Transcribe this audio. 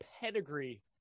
pedigree